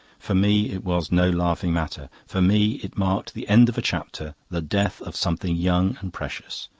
for me it was no laughing matter. for me it marked the end of a chapter, the death of something young and precious.